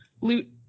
loot